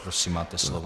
Prosím, máte slovo.